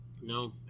No